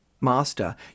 Master